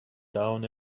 down